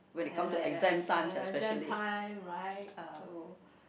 and like like then at the same time right so